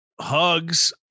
hugs